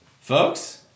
Folks